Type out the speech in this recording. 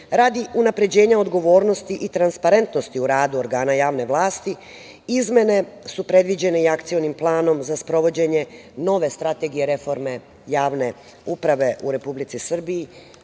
radi unapređenja odgovornosti i transparentnosti u radu organa javne vlasti, izmene su predviđene akcionim planom za sprovođenje nove strategije reforme javne upravu u Republici Srbiji